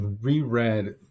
reread